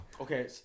okay